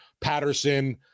Patterson